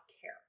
care